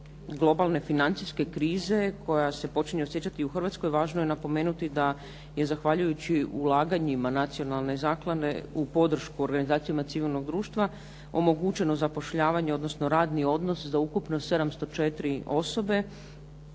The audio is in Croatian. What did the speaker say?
globalne financijske krize koja se počinje osjećati u Hrvatskoj važno je napomenuti da je zahvaljujući ulaganjima Nacionalne zaklade u podršku organizacijama civilnog društva omogućeno zapošljavanje, odnosno radni odnos za ukupno 704 osobe,